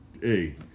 hey